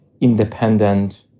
independent